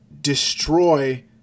destroy